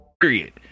period